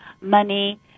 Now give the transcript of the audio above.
money